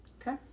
okay